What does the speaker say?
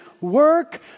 work